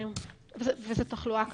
וזו תחלואה קשה.